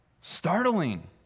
startling